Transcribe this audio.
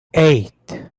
eight